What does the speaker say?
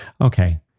Okay